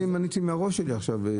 אני מניתי מהראש שלי עכשיו שורה של עבירות.